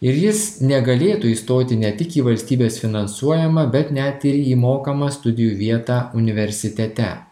ir jis negalėtų įstoti ne tik į valstybės finansuojamą bet net ir į mokamą studijų vietą universitete